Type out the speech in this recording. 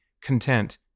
content